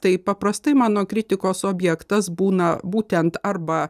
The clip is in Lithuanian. taip paprastai mano kritikos objektas būna būtent arba